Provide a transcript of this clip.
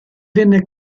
venne